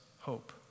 hope